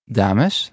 dames